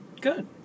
Good